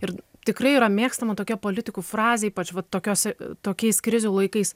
ir tikrai yra mėgstama tokia politikų frazė ypač va tokiose tokiais krizių laikais